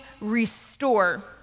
restore